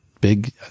big